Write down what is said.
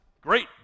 great